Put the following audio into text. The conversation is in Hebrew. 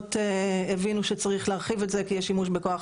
השלטונות הבינו שצריך להרחיב את זה כי יש שימוש בכוח